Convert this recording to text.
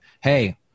Hey